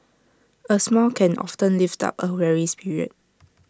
A smile can often lift up A weary spirit